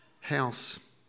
house